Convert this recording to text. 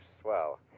swell